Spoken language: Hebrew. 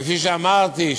כפי שאמרתי,